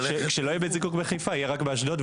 כשלא יהיה בית זיקוק בחיפה יהיה רק באשדוד,